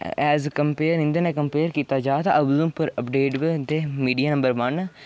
as compare इं'दे कन्नै compare कीता जा तां उधमपुर अपडेट बी इं'दे मिडिया नम्बर वन